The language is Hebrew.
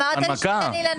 אמרת שתיתן לי לנמק.